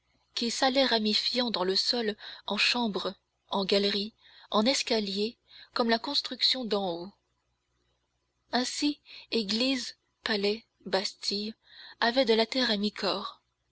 qui s'allaient ramifiant dans le sol en chambres en galeries en escaliers comme la construction d'en haut ainsi églises palais bastilles avaient de la terre à mi-corps